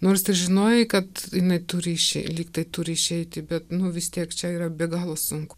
nors ir žinojai kad jinai turi išei lygtai turi išeiti bet nu vis tiek čia yra be galo sunku